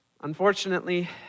Unfortunately